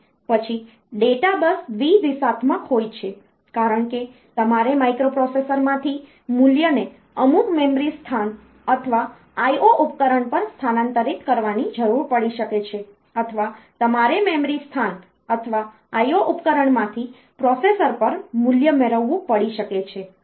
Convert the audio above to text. પછી data bus દ્વિ દિશાત્મક હોય છે કારણ કે તમારે માઇક્રોપ્રોસેસરમાંથી મૂલ્યને અમુક મેમરી સ્થાન અથવા IO ઉપકરણ પર સ્થાનાંતરિત કરવાની જરૂર પડી શકે છે અથવા તમારે મેમરી સ્થાન અથવા IO ઉપકરણમાંથી પ્રોસેસર પર મૂલ્ય મેળવવું પડી શકે છે